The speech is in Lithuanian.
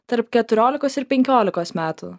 tarp keturiolikos ir penkiolikos metų